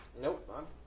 Nope